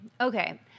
Okay